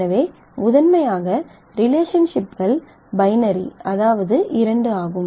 எனவே முதன்மையாக ரிலேஷன்ஷிப்கள் பைனரி அதாவது இரண்டு ஆகும்